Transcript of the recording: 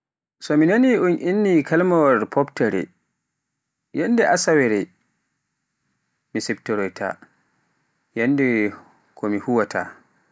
So mi naani un inni kalimawaal fooftere, yannde asawae mi siftoroytaa, yannde ko mu kuuwaata.